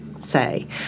Say